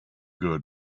good